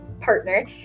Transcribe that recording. partner